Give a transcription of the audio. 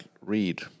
read